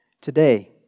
today